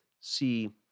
see